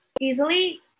easily